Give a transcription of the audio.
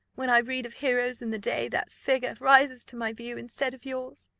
when i read of heroes in the day, that figure rises to my view, instead of yours.